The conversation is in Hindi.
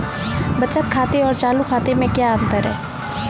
बचत खाते और चालू खाते में क्या अंतर है?